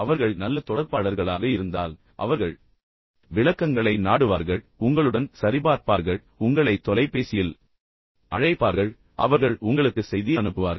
அவர்கள் நல்ல தொடர்பாளர்களாக இருந்தால் அவர்கள் விளக்கங்களை நாடுவார்கள் அவர்கள் உங்களுக்கு மின்னஞ்சல் அனுப்புவார்கள் அவர்கள் உங்களுடன் சரிபார்ப்பார்கள் அவர்கள் உங்களை தொலைபேசியில் அழைப்பார்கள் அவர்கள் உங்களுக்கு செய்தி அனுப்புவார்கள்